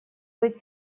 быть